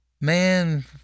man